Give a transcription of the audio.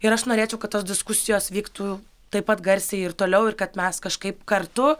ir aš norėčiau kad tos diskusijos vyktų taip pat garsiai ir toliau ir kad mes kažkaip kartu